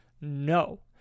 No